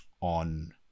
on